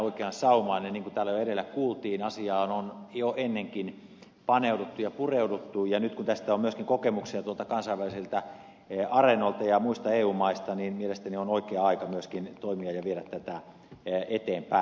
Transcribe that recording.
niin kuin täällä jo edellä kuultiin asiaan on jo ennenkin paneuduttu ja pureuduttu ja nyt kun tästä on myöskin kokemuksia kansainvälisiltä areenoilta ja muista eu maista mielestäni on oikea aika myöskin toimia ja viedä tätä eteenpäin